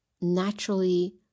naturally